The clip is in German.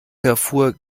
erfuhr